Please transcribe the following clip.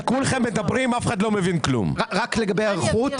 לגבי ההיערכות,